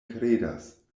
kredas